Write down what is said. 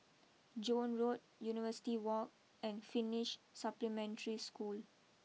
Joan Road University walk and Finish Supplementary School